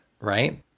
right